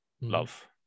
love